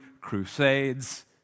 Crusades